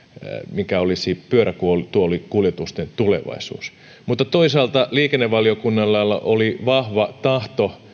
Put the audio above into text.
mikä olisi pyörätuolikuljetusten tulevaisuus mutta toisaalta liikennevaliokunnalla oli vahva tahto